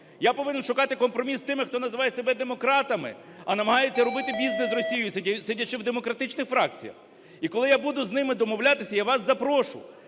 Я повинен шукати компроміс з тими, хто називає себе демократами, а намагається робити бізнес з Росією, сидячи в демократичних фракціях. І коли я буду з ними домовлятися, я вас запрошу.